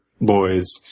boys